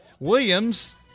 Williams